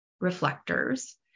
reflectors